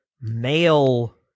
male